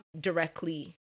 directly